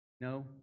No